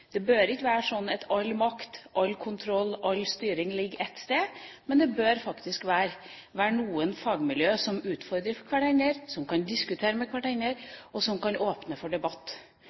Det bør ikke være slik at all makt, all kontroll og all styring ligger ett sted. Det bør faktisk være noen fagmiljøer som utfordrer hverandre, som kan diskutere med hverandre, og som kan åpne for debatt.